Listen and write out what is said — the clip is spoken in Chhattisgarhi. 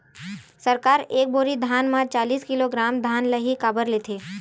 सरकार एक बोरी धान म चालीस किलोग्राम धान ल ही काबर लेथे?